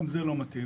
גם זה לא מתאים.